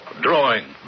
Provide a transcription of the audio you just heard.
drawing